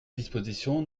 disposition